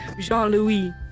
Jean-Louis